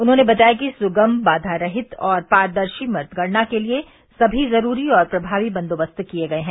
उन्होंने बताया कि सुगम बाघा रहित और पारदर्शी मतगणना के लिये समी ज़रूरी और प्रभावी बंदोबस्त किये गये हैं